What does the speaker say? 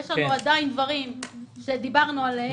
יש לנו עדיין דברים שדיברנו עליהם,